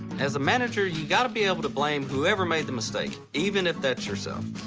as a manager, you gotta be able to blame whoever made the mistake, even if that's yourself.